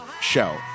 show